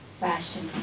fashion